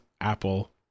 Apple